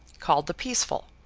called the peaceful,